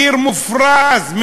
מחיר מופרז,